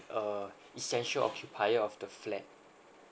uh essential occupier of the flat